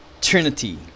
trinity